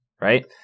right